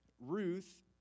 Ruth